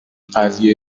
قضیه